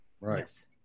Right